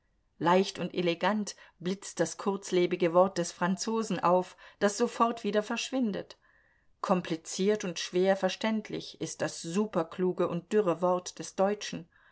leicht und elegant blitzt das kurzlebige wort des franzosen auf das sofort wieder verschwindet kompliziert und schwer verständlich ist das superkluge und dürre wort des deutschen